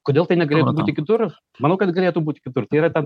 kodėl tai negalėtų būti kitur manau kad galėtų būti kitur tai yra tam